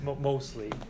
mostly